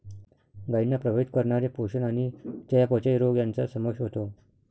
गायींना प्रभावित करणारे पोषण आणि चयापचय रोग यांचा समावेश होतो